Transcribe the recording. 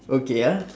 okay ah